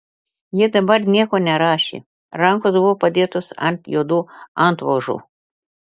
jie dabar nieko nerašė rankos buvo padėtos ant juodų antvožų